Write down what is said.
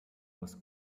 was